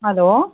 hello